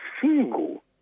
single